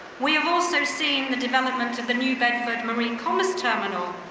we have also seen the development of the new bedford marine commerce terminal,